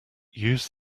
use